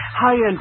High-end